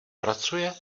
pracuje